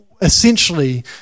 essentially